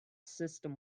system